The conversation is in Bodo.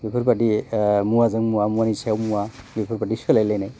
बेफोरबादि मुवाजों मुवा मुवानि सायाव मुवा बेफोरबादि सोलायलायनाय